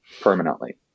permanently